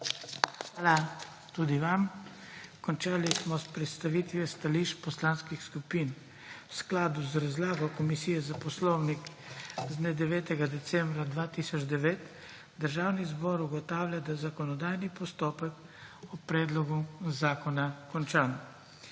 Hvala tudi vam. Končali smo s predstavitvijo stališč poslanskih skupin. V skladu z razlago Komisije za Poslovnik z dne 9. decembra 2009 Državni zbor ugotavlja, da je zakonodajni postopek o predlogu zakona končan.